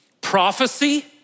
Prophecy